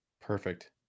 Perfect